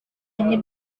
ini